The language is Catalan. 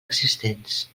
existents